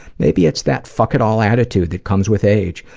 maybe it's that fuck it all attitude that comes with age,